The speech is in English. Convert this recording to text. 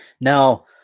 Now